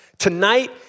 Tonight